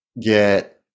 get